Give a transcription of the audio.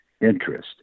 interest